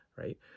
right